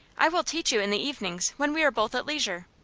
i will teach you in the evenings, when we are both at leisure.